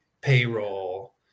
payroll